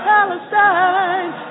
Palestine